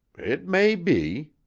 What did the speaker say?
it may be.